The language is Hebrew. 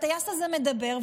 הטייס הזה מדבר,